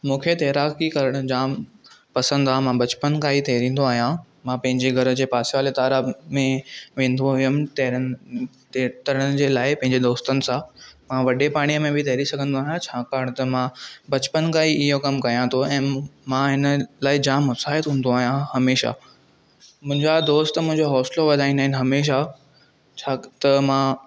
मूंखे तैराकी करण जाम पसंद आहे मां बचपन खांं ई तैरींदो आहियां मां पंहिंजे घर जे पासे वाले तालाब मेंं वेंदो हुयमि तैर तरण जे लाइ पंहिंजे दोस्तनि सां मां वॾे पाणीअ में बि तैरी सघंदो आहियां छाकाण त मां बचपन खां ई इहो कमु कयां थो ऐं मां हिन लाइ जाम उत्साहित हूंदो आहियां हमेशह मुंहिंजा दोस्त मुंहिंजो हौसलो वधाईंदा आहिनि हमेशह छाकाण त मां